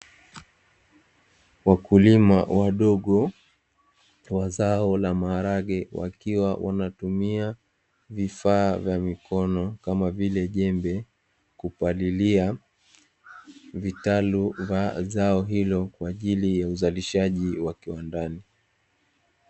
Wakulima wadogo wa zao la maharage wakiwa wanatumia vifaa vya mikono kama vile jembe, kupalilia vitalu vya zao hilo kwa ajili ya uzalishaji wa kiwandani.